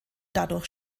dadurch